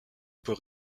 peut